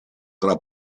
tra